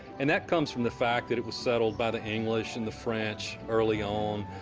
and that comes from the fact that it was settled by the english and the french early on,